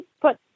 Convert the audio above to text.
put